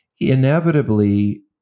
inevitably